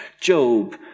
Job